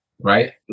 right